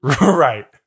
Right